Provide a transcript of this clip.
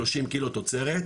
שלושים קילו תוצרת,